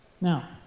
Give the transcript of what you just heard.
Now